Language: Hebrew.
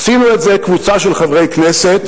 עשינו את זה קבוצה של חברי כנסת,